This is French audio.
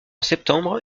septembre